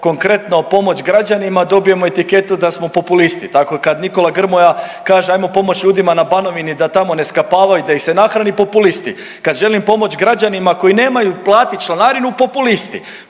konkretno pomoći građanima, dobijemo etiketu da smo populisti. Tako kada Nikola Grmoja kaže hajmo pomoći ljudina na Banovini da tamo ne skapavaju da ih se nahrani, populisti, kad želim pomoć građanima koji nemaju platit članarinu, populisti,